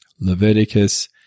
Leviticus